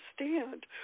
understand